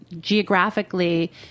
geographically